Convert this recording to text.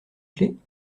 clés